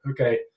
Okay